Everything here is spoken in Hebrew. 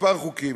מספר חוקים,